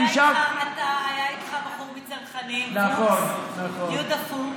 והיה איתך בחור מצנחנים, יהודה פוקס,